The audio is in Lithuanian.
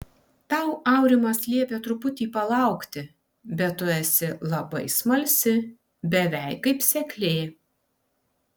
tau aurimas liepė truputį palaukti bet tu esi labai smalsi beveik kaip seklė